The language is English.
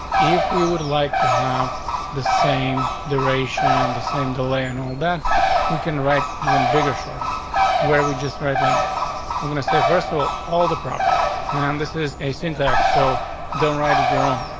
if we would like to have the same duration, the same delay and all that we can write even bigger. shorter and where we just write like this we're gonna say, first of all all the properties on and this is a syntax, so don't write it your own.